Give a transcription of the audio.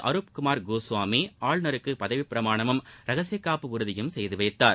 அருப் குமார் கோஸ்வாமி ஆளுநருக்கு பதவிப்பிரமாணமும் ரகசியக்காப்பு உறுதியும் செய்து வைத்தார்